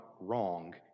wrong